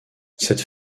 cette